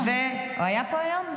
הוא היה פה היום?